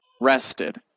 rested